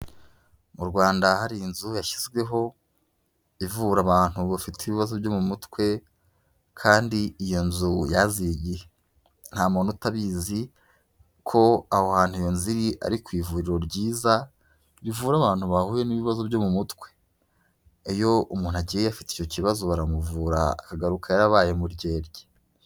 Mu Rwanda hari inzu yashyizweho, ivura abantu bafite ibibazo byo mu mutwe, kandi iyo nzu yaziye igihe. Nta muntu utabizi, ko aho hantu iyo nzu iri, ari ku ivuriro ryiza, rivura abantu bahuye n'ibibazo byo mu mutwe. Iyo umuntu agiye afite icyo kibazo baramuvura, akagaruka yarabaye muryerye.